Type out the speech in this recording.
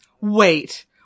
Wait